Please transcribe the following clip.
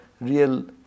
real